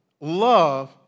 love